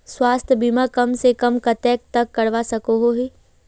स्वास्थ्य बीमा कम से कम कतेक तक करवा सकोहो ही?